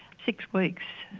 six weeks.